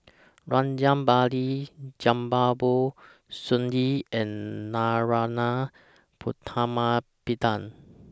Rajabali Jumabhoy Sun Yee and Narana Putumaippittan